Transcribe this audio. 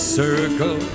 circle